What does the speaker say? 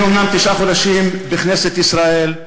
אני אומנם תשעה חודשים בכנסת ישראל,